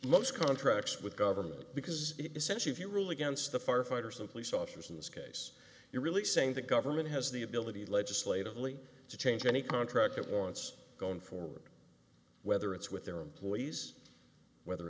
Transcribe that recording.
most contracts with government because essentially if you rule against the firefighters and police officers in this case you're really saying the government has the ability legislatively to change any contract it wants going forward whether it's with their employees whether